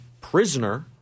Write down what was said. Prisoner